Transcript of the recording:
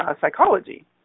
psychology